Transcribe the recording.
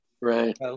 Right